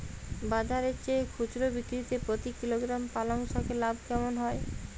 বাজারের চেয়ে খুচরো বিক্রিতে প্রতি কিলোগ্রাম পালং শাকে লাভ কেমন হয়?